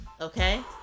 Okay